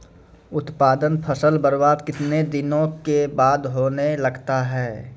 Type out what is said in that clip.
उत्पादन फसल बबार्द कितने दिनों के बाद होने लगता हैं?